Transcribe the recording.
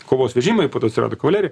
kovos vežimai po to atsirado kavalerija